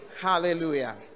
Hallelujah